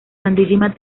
santísima